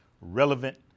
relevant